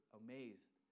amazed